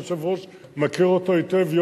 שהיושב-ראש מכיר היטב.